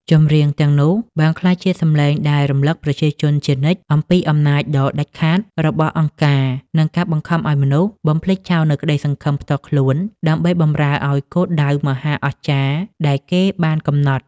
ចម្រៀងទាំងនោះបានក្លាយជាសម្លេងដែលរំលឹកប្រជាជនជានិច្ចអំពីអំណាចដ៏ដាច់ខាតរបស់ អង្គការ និងការបង្ខំឱ្យមនុស្សបំភ្លេចចោលនូវក្តីសង្ឃឹមផ្ទាល់ខ្លួន ដើម្បីបម្រើឱ្យគោលដៅមហាអស្ចារ្យដែលគេបានកំណត់។។